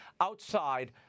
outside